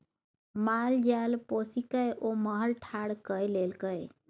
माल जाल पोसिकए ओ महल ठाढ़ कए लेलकै